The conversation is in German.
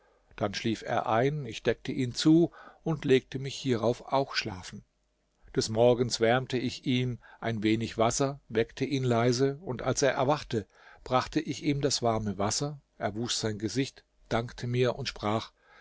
dann schlief er ein ich deckte ihn zu und legte mich hierauf auch schlafen des morgens wärmte ich ihm ein wenig wasser weckte ihn leise und als er erwachte brachte ich ihm das warme wasser er wusch sein gesicht dankte mir und sprach